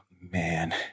Man